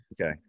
Okay